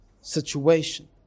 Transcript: situation